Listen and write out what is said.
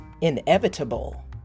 inevitable